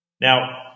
Now